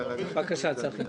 בבקשה, צחי.